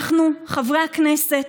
אנחנו, חברי הכנסת,